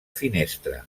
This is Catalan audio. finestra